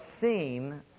seen